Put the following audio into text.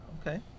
Okay